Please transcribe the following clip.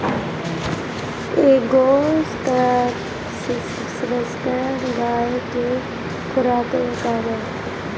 एगो स्वस्थ गाय क खुराक का ह?